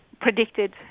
predicted